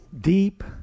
deep